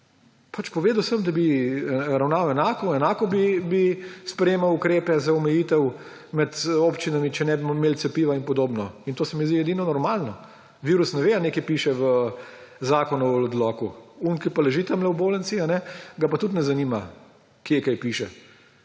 sem povedal, da bi ravnal enako, enako bi sprejemal ukrepe za omejitev med občinami, če ne bi imeli cepiva in podobno. In to se mi zdi edino normalno. Virus ne ve, kaj piše v zakonu ali odloku. Tistega, ki pa leži tam v bolnici, pa tudi ne zanima, kje kaj piše.